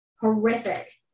horrific